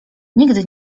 nigdy